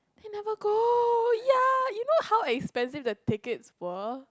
they never go ya you know how expensive the tickets were